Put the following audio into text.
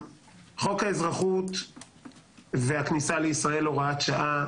חוק האזרחות והכניסה לישראל (הוראת שעה),